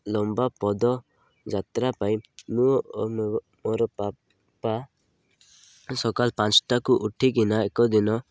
ଲମ୍ବା ପଦ ଯାତ୍ରା ପାଇଁ ମୁଁ ଓ ମୋର ବାପା ସକାଳ ପାଞ୍ଚଟାକୁ ଉଠିକିନା ଏକ ଦିନ